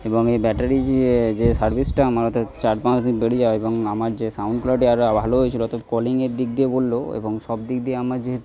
এবং এই ব্যাটারি যে যে সার্ভিসটা আমার হয়তো চার পাঁচ দিন বেরিয়ে যায় এবং আমার যে সাউন্ড কোয়ালিটি আরো ভালো হয়েছিলো তো কলিংয়ের দিক দিয়ে বললেও এবং সব দিক দিয়ে আমার যেহেতু